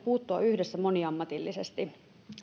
puuttua yhdessä moniammatillisesti